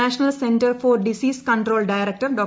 national centre for disease control director Dr